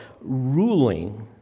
ruling